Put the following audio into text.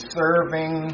serving